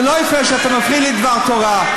זה לא יפה שאתה מפריע לדבר תורה.